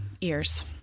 ears